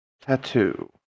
tattoo